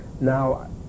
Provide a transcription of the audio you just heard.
Now